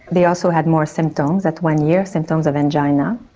they also had more symptoms at one year, symptoms of angina.